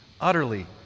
utterly